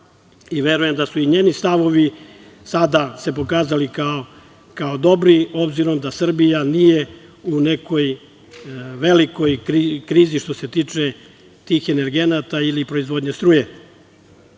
Verujem da su i njeni stavovi sada se pokazali kao dobri, obzirom da Srbija nije u nekoj velikoj krizi što se tiče tih energenata ili proizvodnje struje. Iz